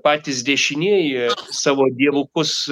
patys dešinieji savo dievukus